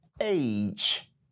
age